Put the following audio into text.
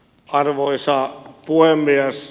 arvoisa puhemies